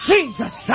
Jesus